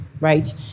Right